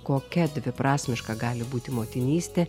kokia dviprasmiška gali būti motinystė